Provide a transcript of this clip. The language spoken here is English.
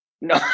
No